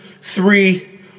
three